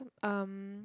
um